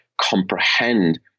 comprehend